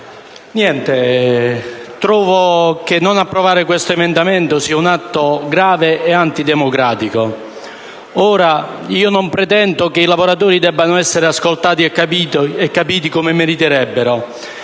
Presidente, trovo che non approvare l'emendamento 7.13 sia un atto grave ed antidemocratico. Ora, io non pretendo che i lavoratori debbano essere ascoltati e capiti come meriterebbero,